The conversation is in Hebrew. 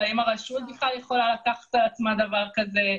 והאם הרשות בכלל יכולה לקחת על עצמה דבר כזה.